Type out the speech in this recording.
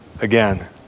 again